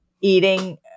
eating